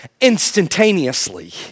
instantaneously